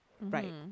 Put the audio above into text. Right